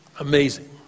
amazing